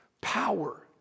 power